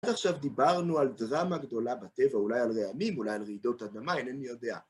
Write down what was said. עד עכשיו דיברנו על דרמה גדולה בטבע, אולי על רעמים, אולי על רעידות אדמה, אינני יודע.